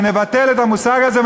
ונבטל את המושג הזה,